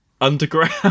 underground